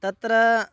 तत्र